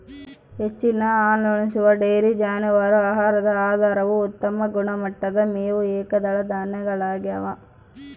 ಹೆಚ್ಚಿನ ಹಾಲುಣಿಸುವ ಡೈರಿ ಜಾನುವಾರು ಆಹಾರದ ಆಧಾರವು ಉತ್ತಮ ಗುಣಮಟ್ಟದ ಮೇವು ಏಕದಳ ಧಾನ್ಯಗಳಗ್ಯವ